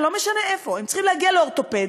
לא משנה איפה: הם צריכים להגיע לאורתופד,